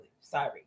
Sorry